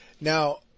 Now